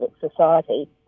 society